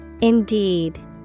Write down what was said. indeed